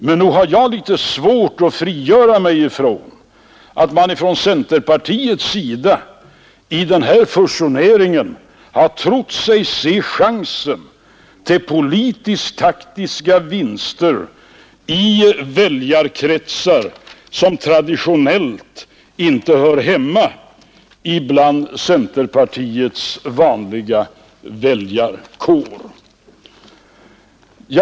Men nog har jag litet svårt att frigöra mig från tanken att man på centerpartiets sida i den här fusioneringen har trott sig se chansen till politiskt taktiska vinster i väljarkretsar som traditionellt inte hör hemma bland centerpartiets vanliga väljarkår.